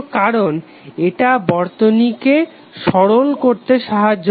কারণ এটা বর্তনীকে সরল করতে সাহায্য করে